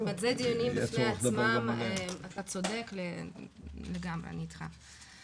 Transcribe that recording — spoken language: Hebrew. זה דיונים בפני עצמם, אתה צודק לגמרי, אני איתך.